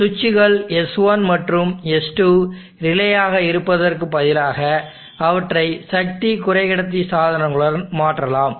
சுவிட்சுகள் S1 மற்றும் S2 relay ஆக இருப்பதற்கு பதிலாக அவற்றை சக்தி குறைகடத்தி சாதனங்களுடன் மாற்றலாம்